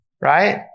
Right